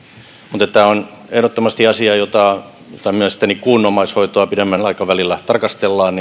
mutta tämä on ehdottomasti asia jota mielestäni kun omaishoitoa pidemmällä aikavälillä tarkastellaan